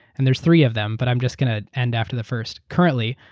and there's three of them, but i'm just going to end after the first. currently,